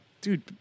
dude